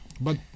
But-